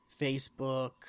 Facebook